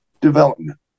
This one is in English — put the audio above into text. development